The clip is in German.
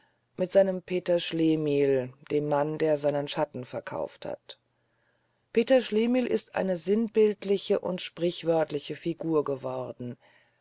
mit seinem peter schlemihl dem mann der seinen schatten verkauft hat peter schlemihl ist eine sinnbildliche und sprichwörtliche figur geworden